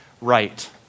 right